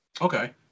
Okay